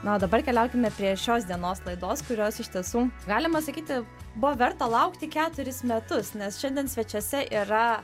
na o dabar keliaukime prie šios dienos laidos kurios iš tiesų galima sakyti buvo verta laukti keturis metus nes šiandien svečiuose yra